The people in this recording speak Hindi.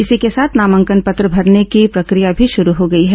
इसी के साथ नामांकन पत्र भरने की प्रक्रिया भी शुरू हो गई है